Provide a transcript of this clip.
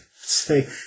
say